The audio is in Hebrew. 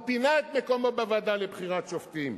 פינה את מקומו בוועדה לבחירת שופטים.